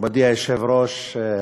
מכובדי היושב-ראש,